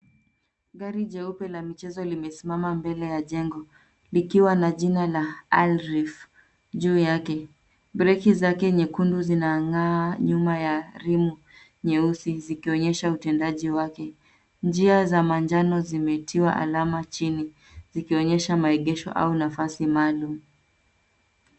Gari jeupe la michezo limesimama mbele ya jengo likiwa na jina Al Reef juu yake. Breki zake nyekundu zinang'aa nyuma ya rimu nyeusi zikionyesha utendaji wake. Njia za manjano zimetiwa alama chini zikionyesha maegesho au nafasi maalum.